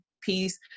piece